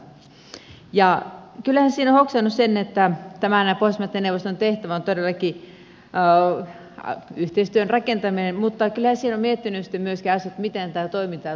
kyllähän siinä on hoksannut sen että tämän pohjoismaiden neuvoston tehtävä on todellakin yhteistyön rakentaminen mutta kyllähän siinä on miettinyt sitten myöskin asioita miten tätä toimintaa tulisi kehittää